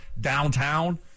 downtown